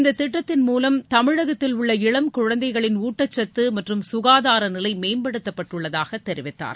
இந்த திட்டத்தின்மூலம் தமிழகத்தில் உள்ள இளம் குழந்தைகளின் ஊட்டச்சத்து மற்றும் ககாதார நிலை மேம்படுத்தப்பட்டுள்ளதாக தெரிவித்தார்